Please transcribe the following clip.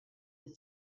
the